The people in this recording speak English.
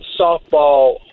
softball